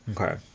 Okay